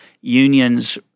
Unions